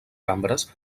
cambres